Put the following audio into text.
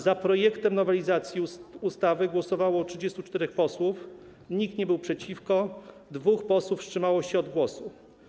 Za projektem nowelizacji ustawy głosowało 34 posłów, nikt nie był przeciwko, 2 posłów wstrzymało się od głosu.